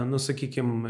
nu sakykim